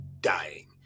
dying